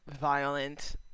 violent